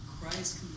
Christ